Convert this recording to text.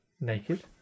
naked